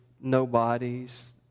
nobodies